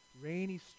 rainy